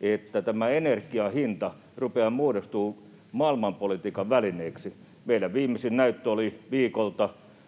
että tämä energian hinta rupeaa muodostumaan maailman politiikan välineeksi. Meidän viimeisin näyttömme viikolta